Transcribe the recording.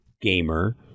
gamer